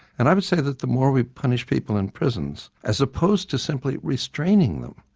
and i would say that the more we punish people in prisons, as opposed to simply restraining them,